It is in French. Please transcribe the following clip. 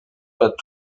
pas